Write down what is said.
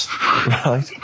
Right